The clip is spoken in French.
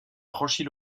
franchit